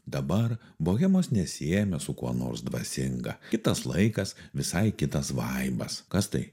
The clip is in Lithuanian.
dabar bohemos nesiejame su kuo nors dvasinga kitas laikas visai kitas vaibas kas tai